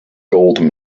gold